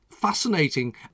fascinating